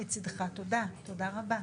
תודה רבה.